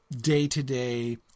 day-to-day